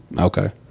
Okay